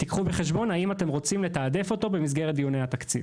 תביאו בחשבון אם אתם רוצים לתעדף אותו במסגרת דיוני התקציב.